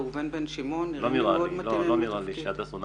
ראובן בן שמעון --- לא נראה לי שהדס תגרי